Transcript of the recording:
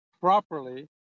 properly